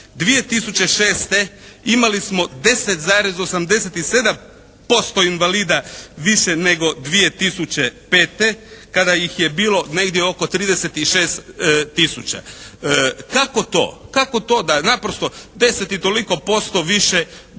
2006. imali smo 10,87% invalida više nego 2005. kada ih je bilo negdje oko 36 tisuća. Kako to, kako to da naprosto 10 i toliko posto više 2006.